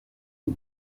une